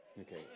Okay